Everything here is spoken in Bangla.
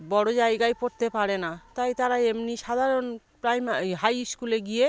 বড় জায়গায় পড়তে পারে না তাই তারা এমনি সাধারণ প্রাইমারি এই হাই স্কুলে গিয়ে